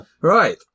Right